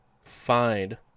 find